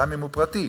גם אם הוא פרטי,